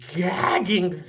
gagging